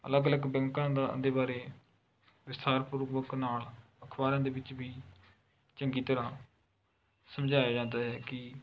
ਅਲੱਗ ਅਲੱਗ ਬੈਂਕਾਂ ਦਾ ਦੇ ਬਾਰੇ ਵਿਸਥਾਰਪੂਰਵਕ ਨਾਲ ਅਖ਼ਬਾਰਾਂ ਦੇ ਵਿੱਚ ਵੀ ਚੰਗੀ ਤਰ੍ਹਾਂ ਸਮਝਾਇਆ ਜਾਂਦਾ ਹੈ ਕਿ